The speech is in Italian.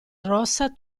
rossa